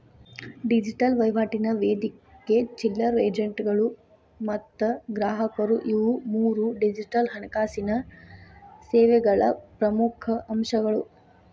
digital ವಹಿವಾಟಿನ ವೇದಿಕೆ ಚಿಲ್ಲರೆ ಏಜೆಂಟ್ಗಳು ಮತ್ತ ಗ್ರಾಹಕರು ಇವು ಮೂರೂ ಡಿಜಿಟಲ್ ಹಣಕಾಸಿನ್ ಸೇವೆಗಳ ಪ್ರಮುಖ್ ಅಂಶಗಳು